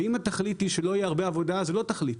ואם התכלית היא שלא יהיה הרבה עבודה אז זה לא תכלית.